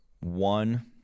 one